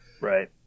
Right